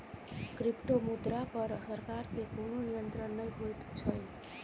क्रिप्टोमुद्रा पर सरकार के कोनो नियंत्रण नै होइत छै